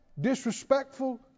disrespectful